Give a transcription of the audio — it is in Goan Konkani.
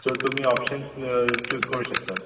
सो तुमी ऑप्शन्स चूज करूं शकता